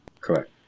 Correct